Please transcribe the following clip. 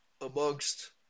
amongst